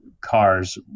cars